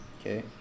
Okay